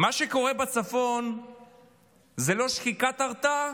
מה שקורה בצפון זה לא שחיקת ההרתעה,